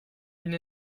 une